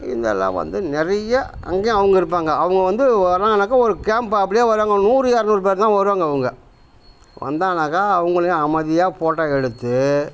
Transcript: இதெல்லாம் வந்து நிறைய அங்கேயும் அவங்க இருப்பாங்க அவங்க வந்து வர்றாங்கனாக்கா ஒரு கேம்ப் அப்படியே வருவாங்க நூறு இரநூறு பேருன்னா வருவாங்க அவங்க வந்தாங்கனாக்கா அவங்களையும் அமைதியாக போட்டோ எடுத்து